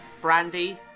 Brandy